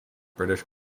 british